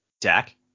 Dak